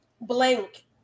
blank